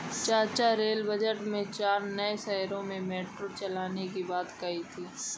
चाचा rail budget में चार नए शहरों में मेट्रो चलाने की बात कही गई थी